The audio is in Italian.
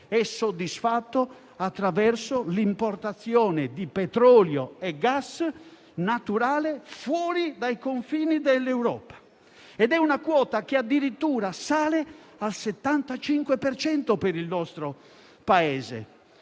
è soddisfatto attraverso l'importazione di petrolio e gas naturale fuori dai confini dell'Europa. È una quota che addirittura sale al 75 per cento per il nostro Paese.